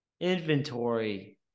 Inventory